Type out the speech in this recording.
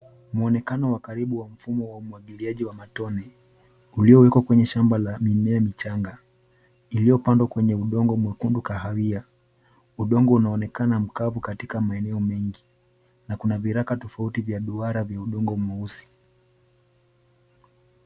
Mwonekano wa karibu wa mifumo wa umwagiliaji wa matone, uliowekwa kwenye shamba la mimea michanga iliyopandwa kwenye udongo mwekundu kahawia. Udongo unaonekana mkavu katika maeneo mengi na kuna viraka tofauti vya duara vya udongo mweusi.